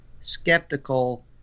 skeptical